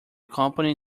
company